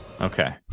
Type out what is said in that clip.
Okay